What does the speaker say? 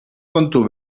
kontu